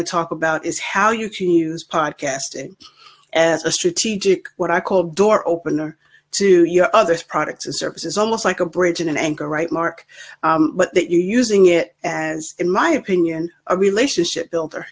to talk about is how you can use pod cast him as a strategic what i call door opener to your other products and services almost like a bridge in an anchor right mark but that you using it and in my opinion a relationship buil